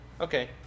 Okay